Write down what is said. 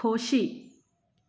खोशी